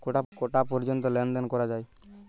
কটা পর্যন্ত লেন দেন করা য়ায়?